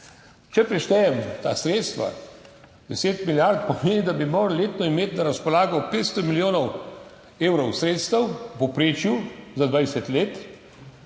Če preštejem ta sredstva, deset milijard, pomeni, da bi morali letno imeti na razpolago 500 milijonov evrov sredstev v povprečju za 20 let,